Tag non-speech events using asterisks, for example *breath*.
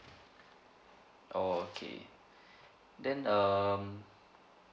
oh okay *breath* then um